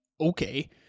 Okay